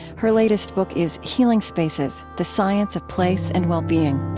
her latest book is healing spaces the science of place and well-being